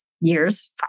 years